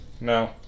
No